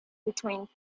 between